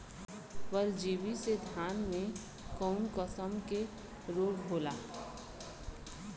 परजीवी से धान में कऊन कसम के रोग होला?